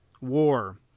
war